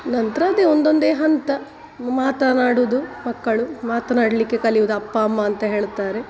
ನಂತರ ಅದೇ ಒಂದೊಂದೇ ಹಂತ ಮಾತನಾಡುವುದು ಮಕ್ಕಳು ಮಾತನಾಡಲಿಕ್ಕೆ ಕಲಿಯುವುದು ಅಪ್ಪ ಅಮ್ಮ ಅಂತ ಹೇಳ್ತಾರೆ